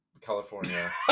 California